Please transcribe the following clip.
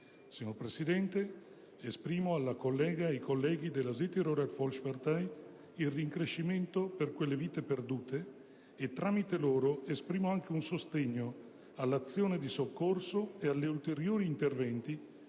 Signor Presidente, esprimo alla collega e ai colleghi del Gruppo Südtiroler Volkspartei il rincrescimento per quelle vite perdute e, tramite loro, esprimo anche un sostegno all'azione di soccorso e agli ulteriori interventi